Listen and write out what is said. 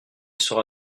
sera